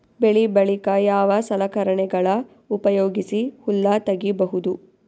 ಬೆಳಿ ಬಳಿಕ ಯಾವ ಸಲಕರಣೆಗಳ ಉಪಯೋಗಿಸಿ ಹುಲ್ಲ ತಗಿಬಹುದು?